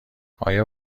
آیا